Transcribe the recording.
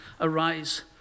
arise